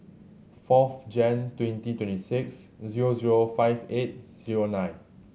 fourth Jan twenty twenty six zero zero five eight zero nine